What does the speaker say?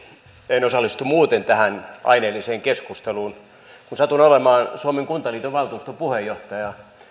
en osallistu muuten tähän aineelliseen keskusteluun mutta kun satun olemaan suomen kuntaliiton valtuuston puheenjohtaja